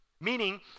meaning